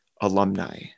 alumni